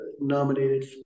nominated